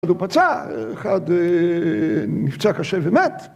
‫אחד הוא פצע, אחד נפצע קשה ומת.